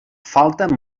falta